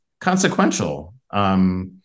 consequential